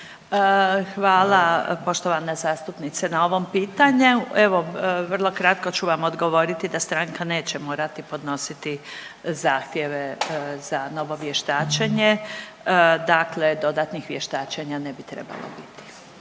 Hvala poštovana zastupnice na ovom pitanju. Evo, vrlo kratko ću vam odgovoriti da stranka neće morati podnositi zahtjeve za novo vještačenje, dakle dodatnih vještačenja ne bi trebalo biti.